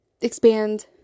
expand